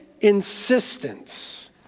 insistence